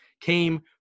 came